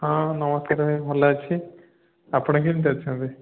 ହଁ ନମସ୍କାର ଭାଇ ଭଲ ଅଛି ଆପଣ କେମିତି ଅଛନ୍ତି